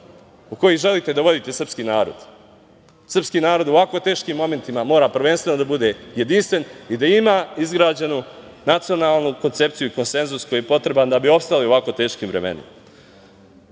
u koji želite da vodite srpski narod. Srpski narod u ovako teškim momentima mora prvenstveno da bude jedinstven i da ima izgrađenu nacionalnu koncepciju i konsenzus koji je potreban da bi opstali u ovako teškim vremenima. Nemaju